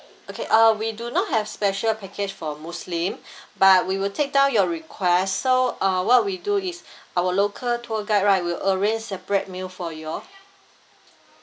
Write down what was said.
okay uh we do not have special package for muslim but we will take down your request so uh what we do is our local tour guide right will arrange separate meal for you all